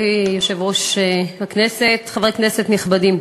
מכובדי היושב-ראש, חברי הכנסת נכבדים,